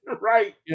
Right